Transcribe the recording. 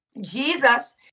Jesus